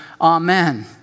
Amen